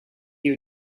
you